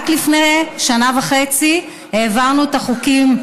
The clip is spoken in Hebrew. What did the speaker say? רק לפני שנה וחצי העברנו את החוקים,